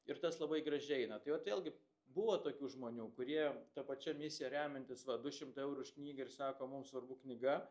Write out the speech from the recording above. ir tas labai gražiai eina tai vat vėlgi buvo tokių žmonių kurie ta pačia misija remiantis va du šimtai eurų už knygą ir sako mums svarbu knyga